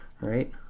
right